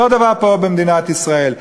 אותו דבר פה, במדינת ישראל.